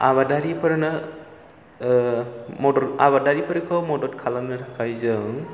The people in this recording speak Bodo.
आबादारिफोरनो मदद आबादारिफोरखौ मदद खालामनो थाखाय जों